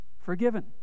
forgiven